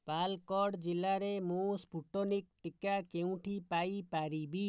ପାଲକ୍କଡ଼୍ ଜିଲ୍ଲାରେ ମୁଁ ସ୍ପୁଟନିକ୍ ଟିକା କେଉଁଠି ପାଇ ପାରିବି